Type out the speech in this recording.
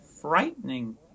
frightening